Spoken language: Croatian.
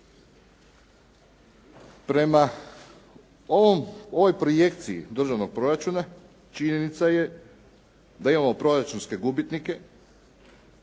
godina. Ovoj projekciji državnog proračuna činjenica je da imamo proračunske gubitnike.